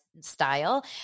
style